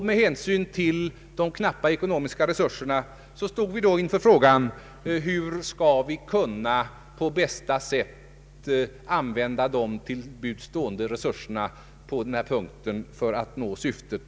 Med hänsyn till de knappa ekonomiska resurserna stod vi då inför frågan hur vi på bästa sätt skall kunna använda de till buds stående resurserna på denna punkt för att nå syftet.